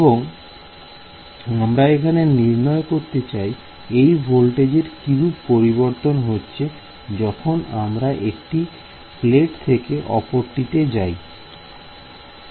এবং আমরা এখানে নির্ণয় করতে চাই এই ভোল্টেজের কিরূপ পরিবর্তন হচ্ছে যখন আমরা একটি প্লেট থেকে অপরটিতে যাই